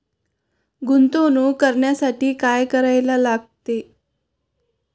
गुंतवणूक करण्यासाठी काय करायला लागते?